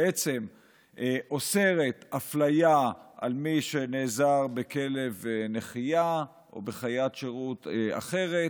ההצעה אוסרת אפליה על מי שנעזר בכלב נחייה או בחיית שירות אחרת.